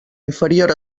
inferior